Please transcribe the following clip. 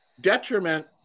detriment